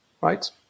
right